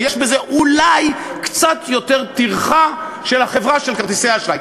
יש בזה אולי קצת יותר טרחה של החברה של כרטיסי האשראי.